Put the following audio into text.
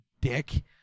dick